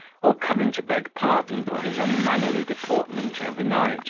or coming to beg pardon for his unmannerly deportment over-night